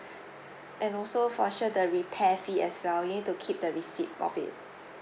and also for sure the repair fee as well you need to keep the receipt of it